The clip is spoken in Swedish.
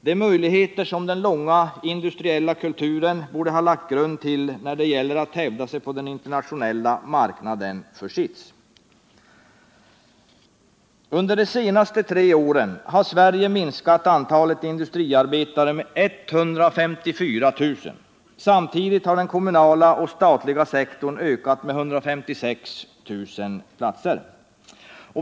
De möjligheter som den långvariga industriella kulturen borde ha lagt grund till när det gäller att hävda sig på den internationella marknaden försitts. Under de tre senaste åren har Sverige minskat antalet industriarbetare med 154 000. Samtidigt har den kommunala och statliga sektorn ökat med 156 000 platser.